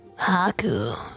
Haku